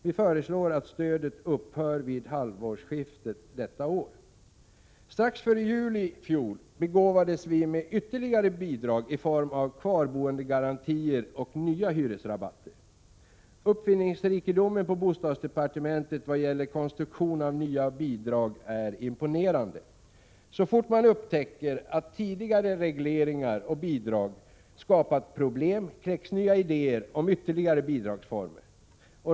Vi föreslår att stödet upphör vid halvårsskiftet detta år. Strax före jul i fjol begåvades vi med ytterligare bidrag i form av kvarboendegarantier och nya hyresrabatter. Uppfinningsrikedomen på bostadsdepartementet vad gäller konstruktion av nya bidrag är imponerande. Så fort man upptäcker att tidigare regleringar och bidrag skapat problem kläcks nya idéer om ytterligare bidragsformer.